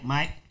Mike